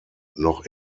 noch